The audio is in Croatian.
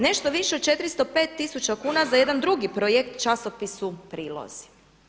Nešto više od 405 tisuća kuna za jedan drugi projekt časopisu „Prilozi“